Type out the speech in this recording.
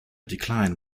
decline